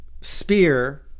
spear